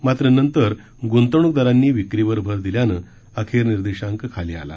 मात्र नंतर गुंतवणूकदारांनी विक्रीवर भर दिल्यानं अखेर निर्देशांक खाली आला